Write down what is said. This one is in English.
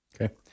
Okay